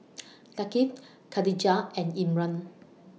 Thaqif Katijah and Imran